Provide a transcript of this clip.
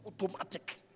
automatic